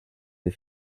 des